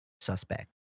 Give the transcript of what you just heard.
suspect